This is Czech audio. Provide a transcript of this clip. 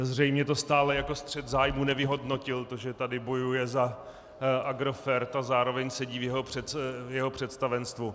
Zřejmě to stále jako střet zájmu nevyhodnotil, to, že tady bojuje za Agrofert a zároveň sedí v jeho představenstvu.